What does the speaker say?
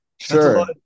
Sure